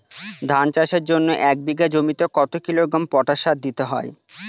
ধান চাষের জন্য এক বিঘা জমিতে কতো কিলোগ্রাম পটাশ সার দিতে হয়?